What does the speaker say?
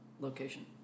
location